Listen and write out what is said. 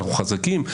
אנחנו חזקים,